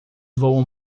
voam